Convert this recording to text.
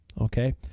okay